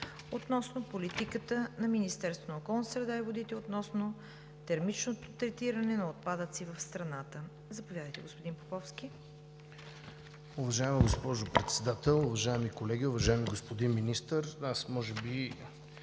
относно политиката на Министерството на околната среда и водите относно термичното третиране на отпадъци в страната. Заповядайте, господин Поповски. КАЛИН ПОПОВСКИ (ОП): Уважаема госпожо Председател, уважаеми колеги, уважаеми господин Министър! Аз може би